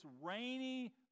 rainy